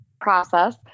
process